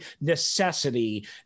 necessity